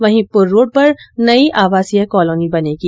वहीं पूर रोड पर नई आवासीय कॉलोनी बनेगी